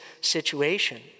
situation